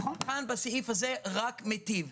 כאן הסעיף הזה רק מטיב,